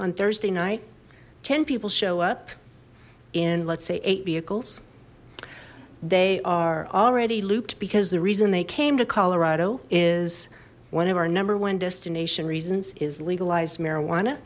on thursday night ten people show up in let's say eight vehicles they are already looped is the reason they came to colorado is one of our number one destination reasons is legalized marijuana